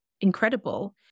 incredible